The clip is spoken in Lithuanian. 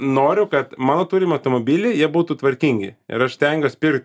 noriu kad mano turimi automobiliai jie būtų tvarkingi ir aš stengiuos pirkt